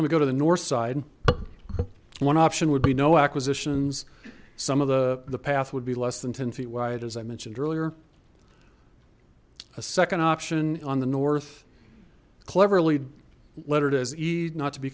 to go to the north side one option would be no acquisitions some of the the path would be less than ten feet wide as i mentioned earlier a second option on the north cleverly lettered as heed not to be